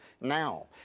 now